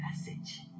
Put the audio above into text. message